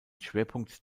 schwerpunkt